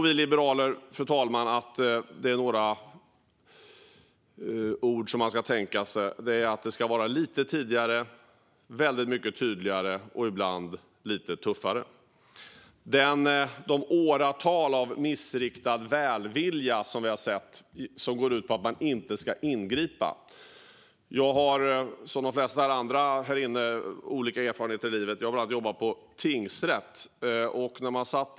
Vi liberaler tror att det då ska ske något lite tidigare, väldigt mycket tydligare och ibland lite tuffare. Vi har sett år av missriktad välvilja som går ut på att man inte ska ingripa. Jag har som de flesta andra här inne olika erfarenheter i livet. Jag har bland annat jobbat i tingsrätt.